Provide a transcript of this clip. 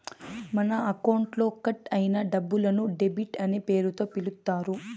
మన అకౌంట్లో కట్ అయిన డబ్బులను డెబిట్ అనే పేరుతో పిలుత్తారు